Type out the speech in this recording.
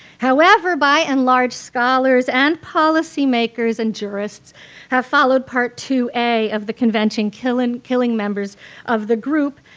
however, by and large scholars and policy-makers and jurists have followed part two a of the convention killing killing members of the group.